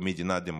במדינה דמוקרטית.